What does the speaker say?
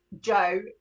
joe